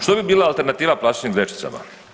Što bi bila alternativa plastičnim vrećicama?